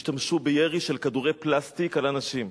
השתמשו בירי של כדורי פלסטיק על אנשים.